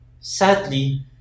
Sadly